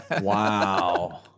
wow